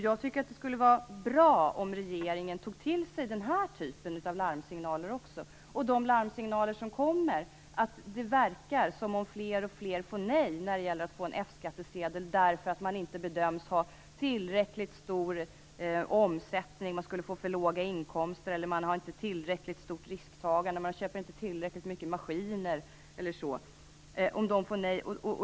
Jag tycker att det vore bra om regeringen tog till sig också den här typen av larmsignaler liksom de larmsignaler om att fler och fler verkar få nej till F-skattsedel. De bedöms nämligen inte ha tillräckligt stor omsättning. Man anser att inkomsterna skulle bli för låga, att de inte har tillräckligt stort risktagande, att de inte köper tillräckligt mycket maskiner osv.